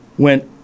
went